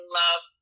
love